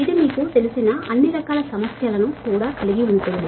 ఇది మీకు తెలిసిన అన్ని రకాల సమస్యలను కూడా కలిగి ఉంటుంది